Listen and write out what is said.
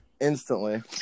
instantly